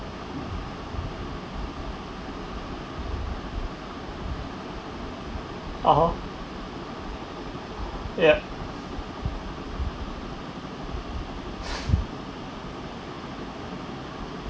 (uh huh) yeah